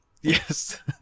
Yes